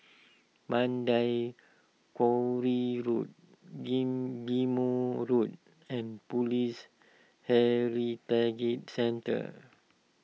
Mandai Quarry Road Ghim Ghim Moh Road and Police Heritage Centre